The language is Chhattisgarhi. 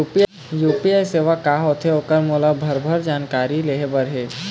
यू.पी.आई सेवा का होथे ओकर मोला भरभर जानकारी लेहे बर हे?